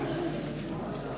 Hvala.